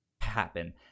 happen